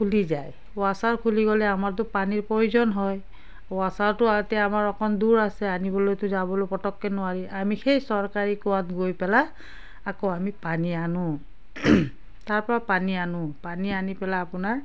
খুলি যায় ৱাচাৰ খুলি গ'লে আমাৰতো পানীৰ প্ৰয়োজন হয় ৱাচাৰটো এতিয়া আমাৰ অকণ দূৰ আছে আনিবলৈতো যাবলৈ পটককৈ নোৱাৰি আমি সেই চৰকাৰী কুঁৱাত গৈ পেলাই আকৌ আমি পানী আনো তাৰ পৰা পানী আনো পানী আনি পেলাই আপোনাৰ